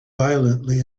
violently